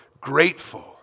grateful